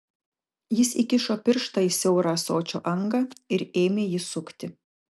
jis įkišo pirštą į siaurą ąsočio angą ir ėmė jį sukti